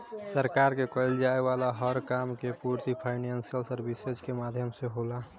सरकार के कईल जाये वाला हर काम के पूर्ति फाइनेंशियल सर्विसेज के माध्यम से होला